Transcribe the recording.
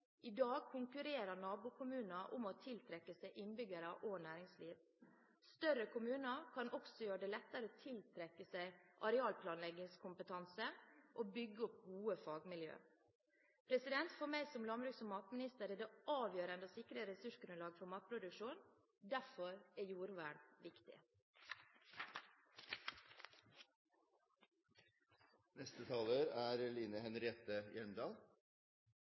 I dag konkurrerer nabokommuner om å tiltrekke seg innbyggere og næringsliv. Større kommuner kan også gjøre det lettere å tiltrekke seg arealplanleggingskompetanse og bygge opp gode fagmiljøer. For meg som landbruks- og matminister er det avgjørende å sikre ressursgrunnlaget for matproduksjonen. Derfor er jordvern viktig. Jeg vil takke statsråden for hyggelige ord om at dette er